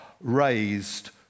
raised